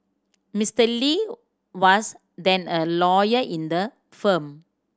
Mister Lee was then a lawyer in the firm